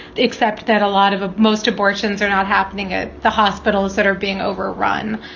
except that a lot of ah most abortions are not happening at the hospitals that are being overrun.